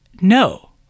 no